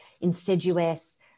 insidious